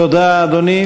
תודה, אדוני.